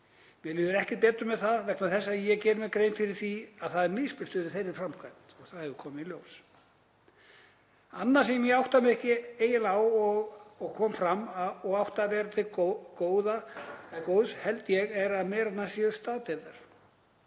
Mér líður ekkert betur með það vegna þess að ég geri mér grein fyrir því að það er misbrestur á þeirri framkvæmd og það hefur komið í ljós. Annað sem ég átta mig eiginlega ekki á og kom fram og átti að vera til góðs, held ég, er að merarnar séu staðdeyfðar.